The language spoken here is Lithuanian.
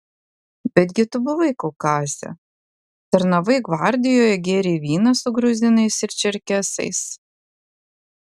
betgi tu buvai kaukaze tarnavai gvardijoje gėrei vyną su gruzinais ir čerkesais